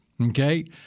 Okay